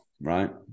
right